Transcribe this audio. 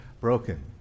broken